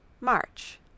March